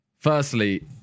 Firstly